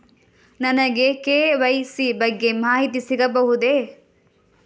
ನನಗೆ ಕೆ.ವೈ.ಸಿ ಬಗ್ಗೆ ಮಾಹಿತಿ ಸಿಗಬಹುದೇ?